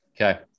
Okay